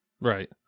Right